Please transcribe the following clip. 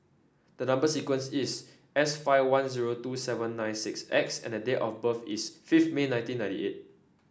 the number sequence is S five one zero two seven nine six X and date of birth is fifth May nineteen ninety eight